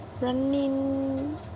running